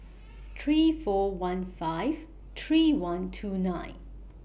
three four one five three one two nine